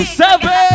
seven